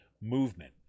movement